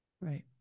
Right